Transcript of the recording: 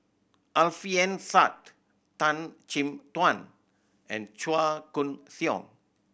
Alfian Sa'at Tan Chin Tuan and Chua Koon Siong